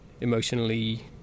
emotionally